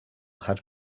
had